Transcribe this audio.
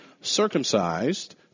circumcised